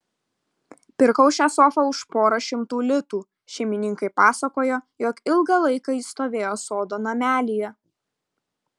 pirkau šią sofą už porą šimtų litų šeimininkai pasakojo jog ilgą laiką ji stovėjo sodo namelyje